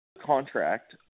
contract –